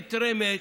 נתרמת,